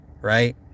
Right